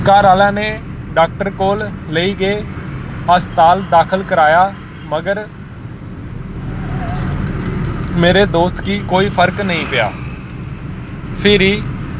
घर आह्ले ने डाक्टर कोल लेई गे अस्पाताल दाखल कराया मगर मेरे दोस्त गी कोई फर्क नेईं पेआ फिरी